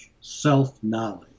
self-knowledge